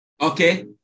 Okay